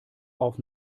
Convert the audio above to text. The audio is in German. auf